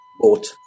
bought